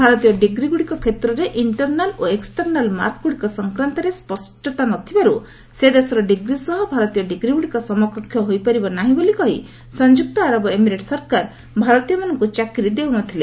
ଭାରତୀୟ ଡିଗ୍ରୀଗୁଡ଼ିକ କ୍ଷେତ୍ରରେ ଇଣ୍ଟରନାଲ୍ ଓ ଏକ୍କଟର୍ନାଲ୍ ମାର୍କଗୁଡ଼ିକ ସଂକ୍ରାନ୍ତରେ ସ୍ୱଷ୍ଟତା ନ ଥିବାରୁ ସେଦେଶର ଡିଗ୍ରୀ ସହ ଭାରତୀୟ ଡିଗ୍ରୀଗୁଡ଼ିକ ସମକକ୍ଷ ହୋଇପାରିବ ନାହି ବୋଲି କହି ସଂଯୁକ୍ତ ଆରବ ଏମିରେଟ୍ ସରକାର ଭାରତୀୟମାନଙ୍କୁ ଚାକିରି ଦେଉ ନ ଥିଲେ